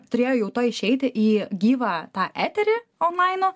turėjo jau tuoj išeiti į gyvą tą eterį onlino